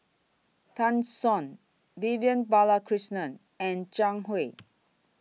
Tan Shen Vivian Balakrishnan and Zhang Hui